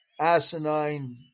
asinine